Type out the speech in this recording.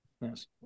Yes